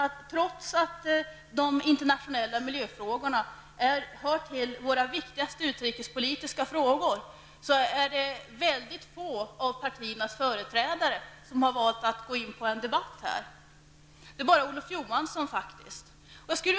Trots att de internationella miljöfrågorna hör till våra viktigaste utrikespolitiska frågor, är det mycket få av partiernas företrädare som har valt att gå in i en debatt om dessa frågor; det är faktiskt bara Olof Johansson.